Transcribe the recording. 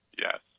Yes